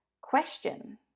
question